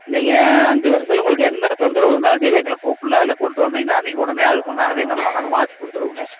நீங்கள் அஞ்சு வருஷத்தில் உங்களுக்கு என்ன தொந்தரவு இருந்தாலும் சரி எங்களை கூப்பிடுலாம் இல்லை கொண்டுட்டு வந்திங்கன்னா நீங்கள் உடனே அதுக்கு உண்டானது என்னமோ நாங்கள் மாற்றி கொடுத்துடுவோங்க